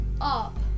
up